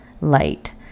light